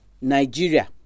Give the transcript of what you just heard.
Nigeria